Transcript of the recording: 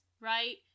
Right